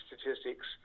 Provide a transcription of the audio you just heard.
statistics